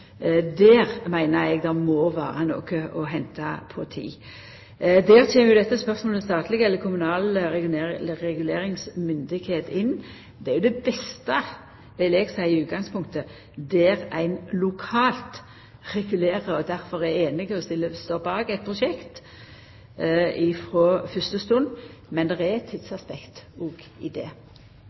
Der meiner eg at det må vera noko å henta på tid. Der kjem spørsmålet om statleg eller kommunal reguleringsstyresmakt inn. Det beste utgangspunktet, vil eg seia, har ein der ein regulerer lokalt og difor er einige om å stå bak eit prosjekt frå fyrste stund. Men det er eit tidsaspekt òg i det.